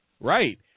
Right